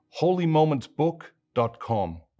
holymomentsbook.com